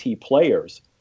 players